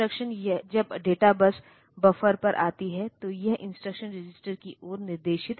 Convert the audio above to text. address और data bus multiplexed है AD0 से AD7 तक